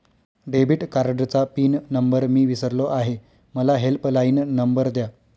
debit कार्डचा pin number मी विसरलो आहे मला हेल्पलाइन नंबर द्या